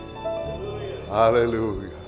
Hallelujah